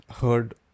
heard